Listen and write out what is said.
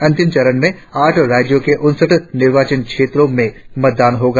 अंतिम चरण में आठ राज्यों के उनसठ निर्वाचन क्षेत्रों में मतदान होगा